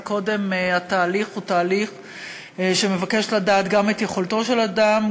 וקודם התהליך מבקש לדעת גם את יכולתו של אדם,